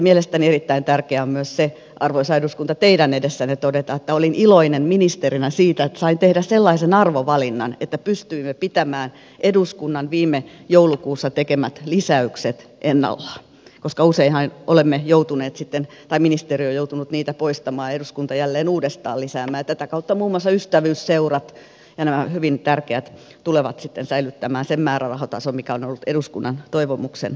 mielestäni erittäin tärkeää on myös se arvoisa eduskunta teidän edessänne todeta että olen iloinen ministerinä siitä että sain tehdä sellaisen arvovalinnan että pystyimme pitämään eduskunnan viime joulukuussa tekemät lisäykset ennallaan koska useinhan ministeriö on joutunut niitä poistamaan ja eduskunta jälleen uudestaan lisäämään ja tätä kautta muun muassa ystävyysseurat ja nämä hyvin tärkeät tulevat sitten säilyttämään sen määrärahatason mikä on ollut eduskunnan toivomuksen mukainen